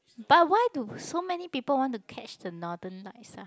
but why do so many people want to catch the northern lights ah